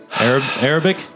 Arabic